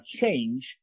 change